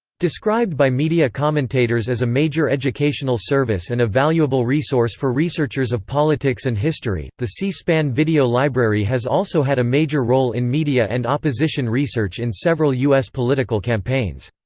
described by media commentators as a major educational service and a valuable resource for researchers of politics and history, the c-span video library has also had a major role in media and opposition research in several u s. political campaigns.